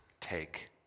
take